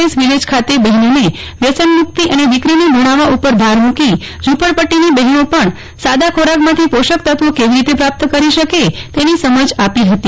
S village ખા તે બફેનોને વ્યસનમુક્તિ અને દીકરીને ભણાવવા ઉપર ભાર મૂકી ઝૂપડ પદ્દીની બફેનો પણ સા દા ખોરાકમાંથી પોષક તત્વો કેવી રીતે પ્રાપ્ત કરી શકે તે ની સમજ આપી ફતી